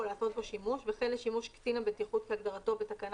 לעשות בו שימוש וכן לשימוש קצין הבטיחות כהגדרתו בתקנה